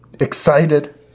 excited